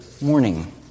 morning